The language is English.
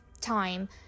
time